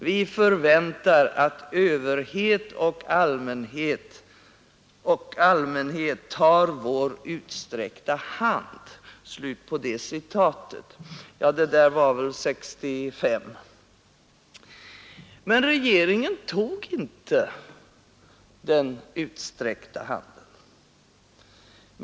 Vi förväntar, att överhet och allmänhet tar vår utsträckta hand.” Men regeringen tog inte den utsträckta handen.